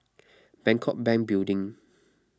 Bangkok Bank Building